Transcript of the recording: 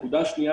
נקודה שנייה,